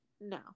No